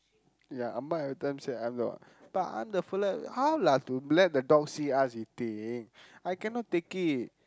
ya amma every time say but I'm the fella how lah to let the dog see us eating I cannot take it